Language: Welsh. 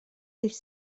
dydd